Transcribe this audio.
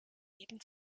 bieten